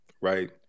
right